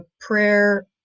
prayer